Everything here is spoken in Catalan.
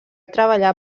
treballar